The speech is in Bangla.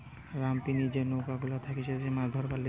রামপিনি যে নৌকা গুলা থাকতিছে মাছ ধরবার লিগে